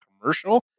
commercial